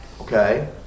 okay